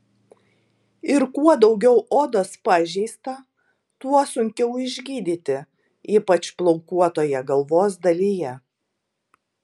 ir kuo daugiau odos pažeista tuo sunkiau išgydyti ypač plaukuotoje galvos dalyje